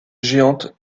géante